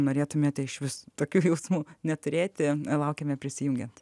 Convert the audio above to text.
norėtumėte išvis tokių jausmų neturėti laukiame prisijungiant